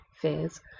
fears